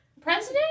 president